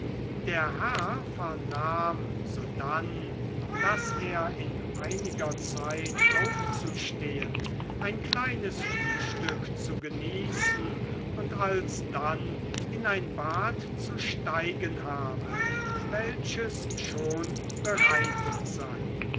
der herr vernahm sodann daß er in einiger zeit aufzustehen ein kleines frühstück zu genießen und alsdann in ein bad zu steigen habe welches schon bereitet sei